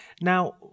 Now